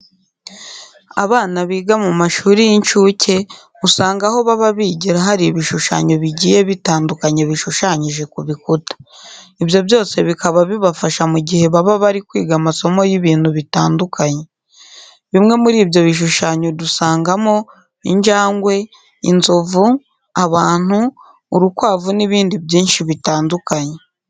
Abana biga mu mashuri y'incuke, usanga aho baba bigira hari ibishushanyo bigiye bitandukanye bishushanyije ku bikuta. Ibyo byose bikaba bibafasha mu gihe baba bari kwiga amasomo y'ibintu bitandukanye. Bimwe muri ibyo bishushanyo dusangamo injangwe, inzovu, abantu, urukwavu n'ibindi byinshi bitandukanye.